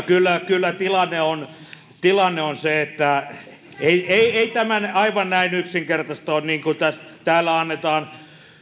kyllä kyllä tilanne on tilanne on se että ei ei tämä aivan näin yksinkertaista ole kuin täällä annetaan